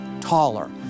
taller